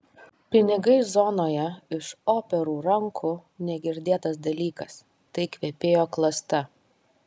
pinigai zonoje iš operų rankų negirdėtas dalykas tai kvepėjo klasta